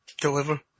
deliver